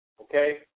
Okay